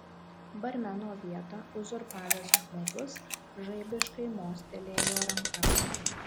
barmeno vietą uzurpavęs žmogus žaibiškai mostelėjo ranka